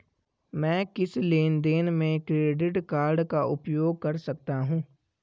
मैं किस लेनदेन में क्रेडिट कार्ड का उपयोग कर सकता हूं?